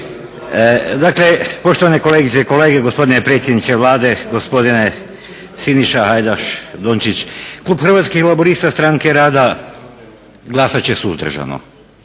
Dakle, poštovane kolegice i kolege, poštovani predsjedniče Vlade, gospodine Siniša Hajdaš Dončić klub Hrvatskih laburista Stranke rada glasat će suzdržano